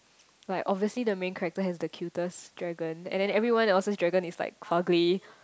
like obviously the main character has the cutest dragon and then everyone else's dragon is like ugly